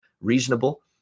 reasonable